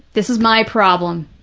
this is my problem,